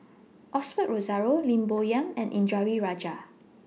Osbert Rozario Lim Bo Yam and Indranee Rajah